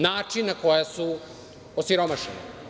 Način na koji su osiromašeni?